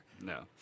No